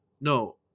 no